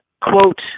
quote